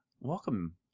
welcome